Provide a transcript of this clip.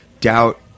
doubt